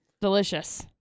Delicious